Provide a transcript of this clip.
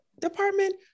department